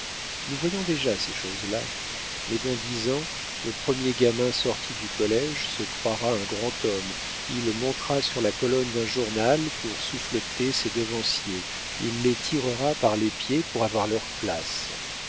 nous voyons déjà ces choses-là mais dans dix ans le premier gamin sorti du collége se croira un grand homme il montera sur la colonne d'un journal pour souffleter ses devanciers il les tirera par les pieds pour avoir leur place